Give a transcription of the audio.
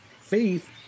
Faith